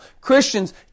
Christians